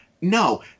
No